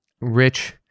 Rich